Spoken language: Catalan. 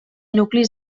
nuclis